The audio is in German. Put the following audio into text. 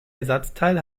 ersatzteil